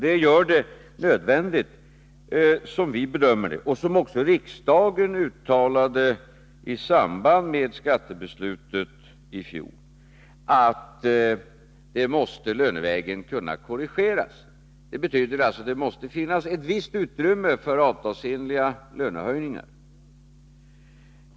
Det gör det nödvändigt, som vi bedömer det och som även riksdagen uttalade i samband med skattebeslutet i fjol, att lönevägen åstadkomma en korrigering. Det betyder alltså att det måste finnas ett visst utrymme för avtalsenliga lönehöjningar.